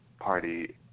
Party